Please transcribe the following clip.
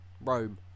Rome